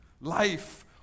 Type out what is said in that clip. life